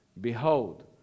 Behold